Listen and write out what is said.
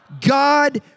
God